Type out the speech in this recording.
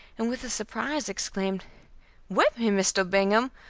and with surprise exclaimed whip me, mr. bingham!